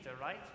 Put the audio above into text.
right